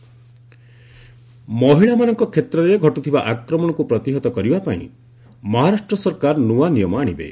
ମହା ନିୟୁ ଲ ମହିଳାମାନଙ୍କ କ୍ଷେତ୍ରରେ ଘଟୁଥିବା ଆକ୍ରମଣକୁ ପ୍ରତିହତ କରିବାପାଇଁ ମହାରାଷ୍ଟ୍ର ସରକାର ନୂଆ ନିୟମ ଆଶିବେ